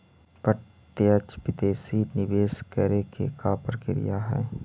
प्रत्यक्ष विदेशी निवेश करे के का प्रक्रिया हइ?